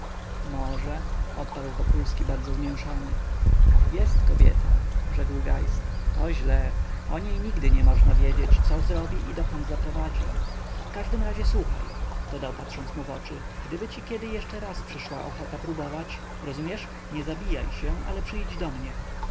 może odparł wokulski bardzo zmięszany jest kobieta rzekł geist to źle o niej nigdy nie można wiedzieć co zrobi i dokąd zaprowadzi w każdym razie słuchaj dodał patrząc mu w oczy gdyby ci kiedy jeszcze raz przyszła ochota próbować rozumiesz nie zabijaj się ale przyjdź do mnie